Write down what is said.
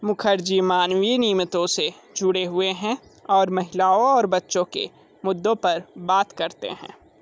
मुखर्जी मानवीय निमित्तों से जुड़े हुए हैं और महिलाओं और बच्चों के मुद्दों पर बात करते हैं